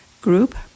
Group